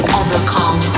overcome